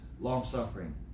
long-suffering